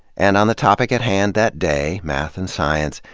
and, on the topic at hand that day, math and science,